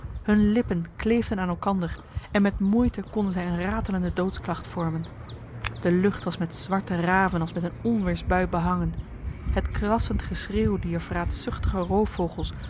hun lippen kleefden aan elkander en met moeite konden zij een ratelende doodsklacht vormen de lucht was met zwarte raven als met een onweersbui behangen het krassend geschreeuw dier vraatzuchtige roofvogels